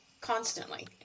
constantly